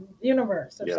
universe